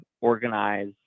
organize